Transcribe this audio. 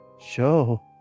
show